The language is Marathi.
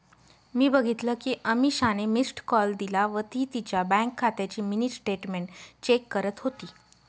मी बघितल कि अमीषाने मिस्ड कॉल दिला व ती तिच्या बँक खात्याची मिनी स्टेटमेंट चेक करत होती